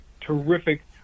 terrific